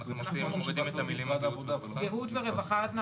אנחנו מורידים את גהות ורווחה.